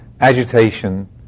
agitation